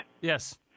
Yes